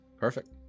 Perfect